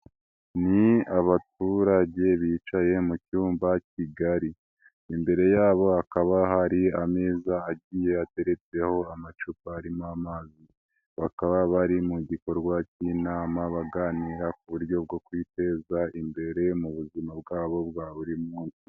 Ni abaturage bicaye mu cyumba kigari, imbere yabo hakaba hari ameza agiye ateretseho amacupa arimo amazi, bakaba bari mu gikorwa cy'inama baganira ku buryo bwo kwiteza imbere mu buzima bwabo bwa buri munsi.